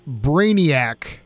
Brainiac